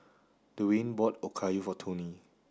Dewayne bought Okayu for Toney